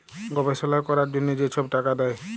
গবেষলা ক্যরার জ্যনহে যে ছব টাকা দেয়